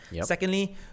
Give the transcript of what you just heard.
Secondly